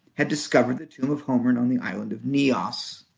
had discovered the tomb of homer and on the island of nios